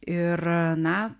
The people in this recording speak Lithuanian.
ir na